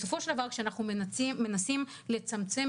בסופו של דבר כשאנחנו מנסים לצמצמם